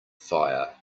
fire